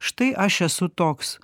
štai aš esu toks